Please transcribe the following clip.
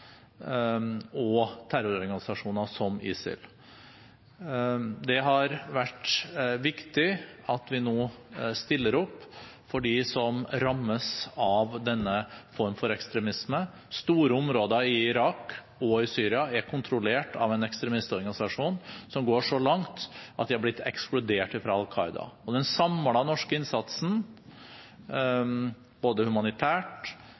og terrororganisasjoner som ISIL. Det har vært viktig at vi nå stiller opp for dem som rammes av denne formen for ekstremisme. Store områder i Irak og Syria er kontrollert av en ekstremistorganisasjon som går så langt at den er blitt ekskludert fra Al Qaida. Den samlede norske innsatsen humanitært